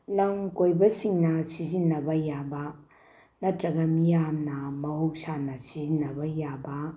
ꯂꯝ ꯀꯣꯏꯕꯁꯤꯡꯅ ꯁꯤꯖꯟꯅꯕ ꯌꯥꯕ ꯅꯠꯇ꯭ꯔꯒ ꯃꯤꯌꯥꯝꯅ ꯃꯍꯧꯁꯥꯅ ꯁꯤꯖꯤꯟꯅꯕ ꯌꯥꯕ